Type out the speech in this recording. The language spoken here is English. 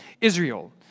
Israel